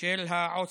של העו"סים.